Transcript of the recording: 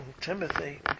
Timothy